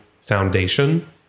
foundation